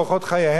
זה בסדר?